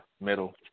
Middle